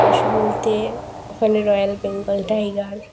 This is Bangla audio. পশু বলতে ওখানে রয়্যাল বেঙ্গল টাইগার